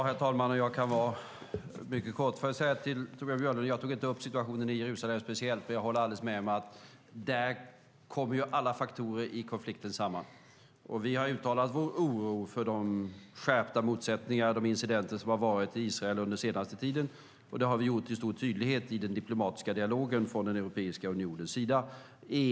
Herr talman! Jag kan fatta mig mycket kort. Till Torbjörn Björlund vill jag säga att jag inte tog upp situationen i Jerusalem speciellt, för jag håller helt med om att alla faktorer i konflikten kommer samman där. Vi har uttalat vår oro för de skärpta motsättningar och incidenter som har varit i Israel under den senaste tiden, och det har vi gjort i stor tydlighet i den diplomatiska dialogen från Europeiska unionens sida.